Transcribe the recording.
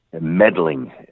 meddling